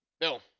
Bill